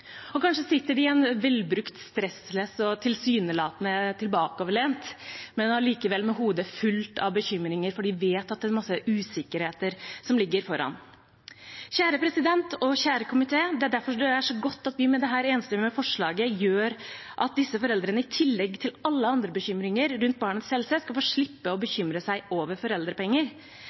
helse. Kanskje sitter de i en velbrukt stressless, tilsynelatende tilbakelent, men likevel med hodet fullt av bekymringer fordi de vet det er masse usikkerhet som ligger foran dem. Det er derfor det er så godt at vi med dette enstemmige forslaget gjør at disse foreldrene skal få slippe, i tillegg til alle andre bekymringer rundt barnets helse, å bekymre seg over foreldrepenger.